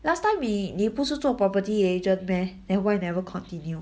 last time 你你不是做 property agent meh then why never continue